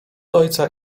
ojca